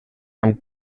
amb